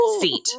seat